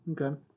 Okay